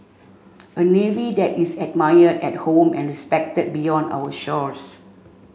a navy that is admired at home and respected beyond our shores